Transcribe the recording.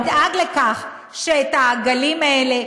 ותדאג לכך שהעגלים האלה,